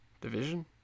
Division